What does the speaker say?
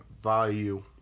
value